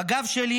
בגב שלי